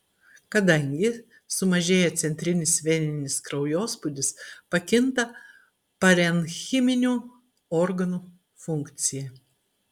kadangi sumažėja centrinis veninis kraujospūdis pakinta parenchiminių organų funkcija